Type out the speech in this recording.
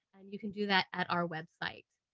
and you can do that at our website.